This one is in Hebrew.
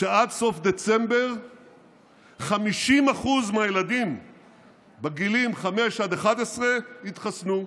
שעד סוף דצמבר 50% מהילדים בגילים 5 11 יתחסנו.